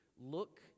look